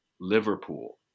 Liverpool